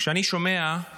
כשאני שומע את